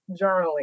journaling